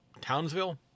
Townsville